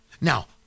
Now